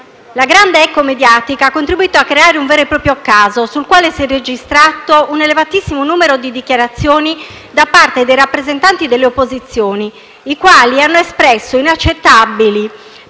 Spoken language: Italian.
La grande eco mediatica ha contribuito a creare un vero e proprio caso sul quale si è registrato un elevatissimo numero di dichiarazioni da parte dei rappresentanti delle opposizioni, i quali hanno espresso inaccettabili,